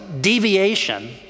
deviation